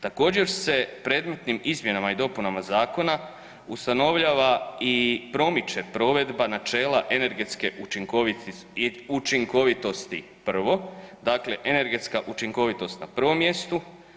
Također se predmetnim izmjenama i dopunama zakona ustanovljava i promiče provedba načela energetske učinkovitosti prvo, dakle energetska učinkovitost na prvom mjestu.